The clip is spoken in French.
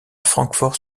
francfort